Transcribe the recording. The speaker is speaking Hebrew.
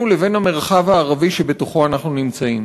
לבין המרחב הערבי שבתוכו אנחנו נמצאים,